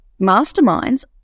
masterminds